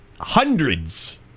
hundreds